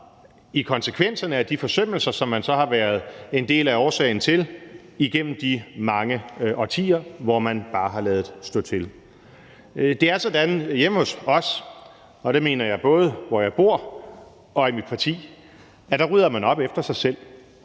i konsekvenserne af de forsømmelser, man så har været en del af årsagen til igennem de mange årtier, hvor man bare har ladet stå til. Det er sådan hjemme hos os, og der mener jeg både, hvor jeg bor, og i mit parti, at der rydder man op efter sig selv.